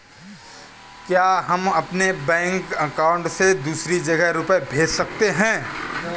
क्या हम अपने बैंक अकाउंट से दूसरी जगह रुपये भेज सकते हैं?